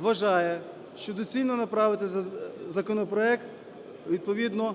вважає, що доцільно направити законопроект відповідно